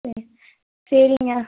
சரி சரிங்க